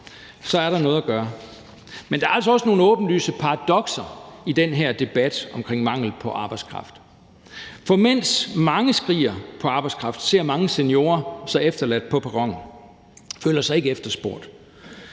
så er der noget at gøre. Men der er altså også nogle åbenlyse paradokser i den her debat omkring mangelen på arbejdskraft. For mens mange skriger på arbejdskraft, ser mange seniorer sig efterladt på perronen og føler sig ikke efterspurgt.